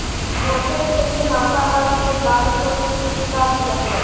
বছরের শেসে মাপা হ্যয় যে বাৎসরিক ইলকাম লকের